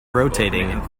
rotating